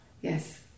yes